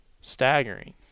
staggering